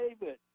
David